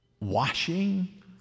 washing